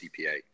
CPA